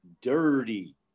dirty